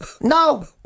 no